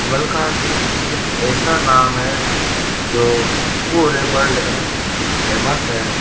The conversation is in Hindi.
मिल्खा सिंह एक ऐसा नाम है जो पूरे वल्ड में फेमस है